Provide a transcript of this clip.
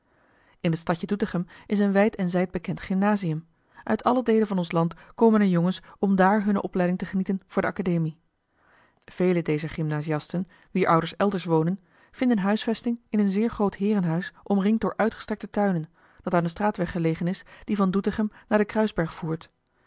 in het stadje doetinchem is een wijd en zijd bekend gymnasium uit alle deelen van ons land komen er jongens om daar hunne opleiding te genieten voor de akademie vele dezer gymnasiasten wier ouders elders wonen vinden huisvesting in een zeer groot heerenhuis omringd door uitgestrekte tuinen dat aan den straatweg gelegen is die van doetinchem naar den kruisberg voert